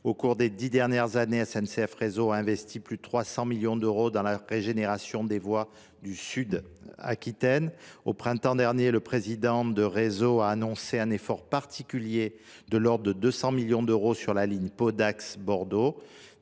Au cours des dix dernières années, SNCF Réseau a investi plus de 300 millions d’euros dans la régénération des voies du sud de l’Aquitaine. Au printemps dernier, le président de cette entité a annoncé un effort particulier de l’ordre de 200 millions d’euros sur la ligne Pau Dax Bordeaux